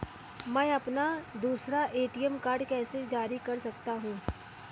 मैं अपना दूसरा ए.टी.एम कार्ड कैसे जारी कर सकता हूँ?